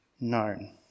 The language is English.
known